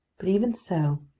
but even so,